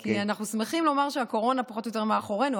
כי אנחנו שמחים לומר שהקורונה פחות או יותר מאחורינו,